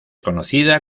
conocida